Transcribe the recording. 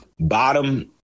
bottom